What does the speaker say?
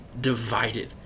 divided